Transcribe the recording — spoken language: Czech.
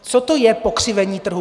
Co to je pokřivení trhu?